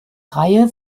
reihe